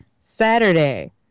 Saturday